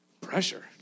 pressure